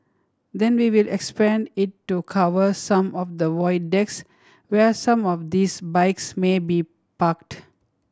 then we will expand it to cover some of the void decks where some of these bikes may be parked